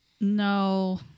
No